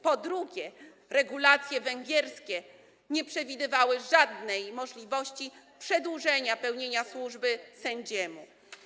Po drugie, regulacje węgierskie nie przewidywały żadnej możliwości przedłużenia pełnienia służby przez sędziego.